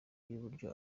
uburyo